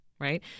right